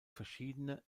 verschiedene